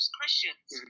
Christians